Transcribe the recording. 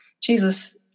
Jesus